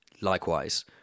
likewise